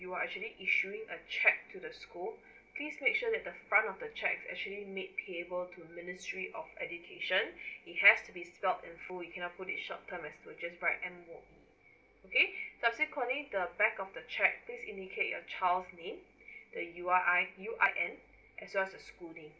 you are actually issuing a cheque to the school please make sure that the front of the cheque actually make payable to ministry of education it has to be spell in full it cannot put in short term as you just write M_O_E okay subsequently the back of the cheque please indicate your child's name the U_R_I U_I_N as well the school name